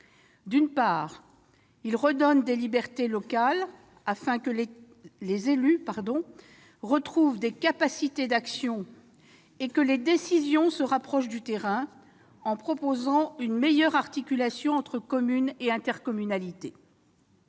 D'une part, il redonne des libertés locales, afin que les élus retrouvent des capacités d'action et que les décisions se rapprochent du terrain, en proposant une meilleure articulation entre communes et intercommunalités.